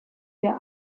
der